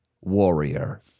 warrior